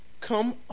Come